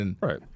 Right